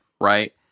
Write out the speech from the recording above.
right